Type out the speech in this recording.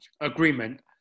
Agreement